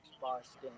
Boston